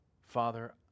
Father